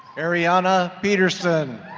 arianna pedersen.